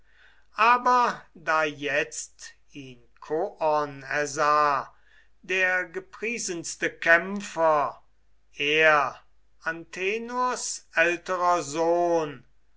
aber da jetzt ihn koon ersah der gepriesenste kämpfer er antenors älterer sohn